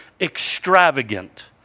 extravagant